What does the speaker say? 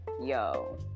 yo